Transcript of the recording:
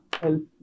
help